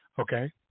okay